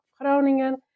Groningen